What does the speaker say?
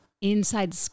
inside